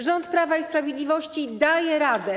Rząd Prawa i Sprawiedliwości daje radę.